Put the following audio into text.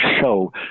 show